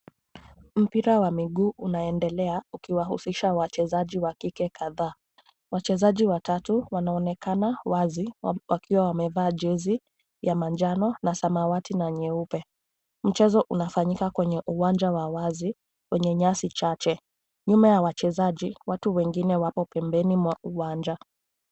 Mpira wa miguu unaendelea ukiwahusisha wachezaji wa kike kadhaa. Wachezaji watatu wanaonekana wazi wakiwa wamevaa jezi ya manjano na samawati na nyeupe. Mchezo unafanyika kwenye uwanja wa wazi kwenye nyasi chache. Nyuma ya wachezaji watu wengine wapo pembeni mwa uwanja.